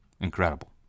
incredible